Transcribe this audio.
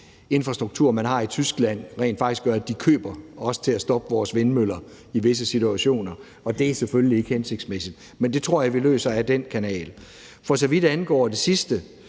infrastruktur, man har i Tyskland, rent faktisk gør, at de køber os til at stoppe vores vindmøller i visse situationer. Det er selvfølgelig ikke hensigtsmæssigt. Men det tror jeg vi løser ad den kanal. For så vidt angår det sidste,